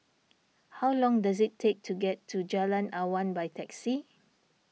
how long does it take to get to Jalan Awan by taxi